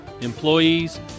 employees